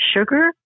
Sugar